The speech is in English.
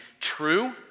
true